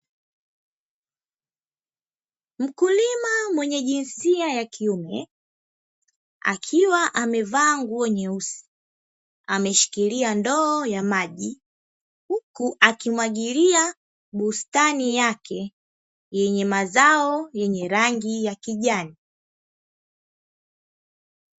Mkulima mwenye jinsia ya kiume, akiwa amevaa nguo nyeusi, ameshikilia ndoo ya maji. Huku akimwagilia bustani yake yenye mazao yenye rangi ya kijani.